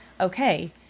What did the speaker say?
okay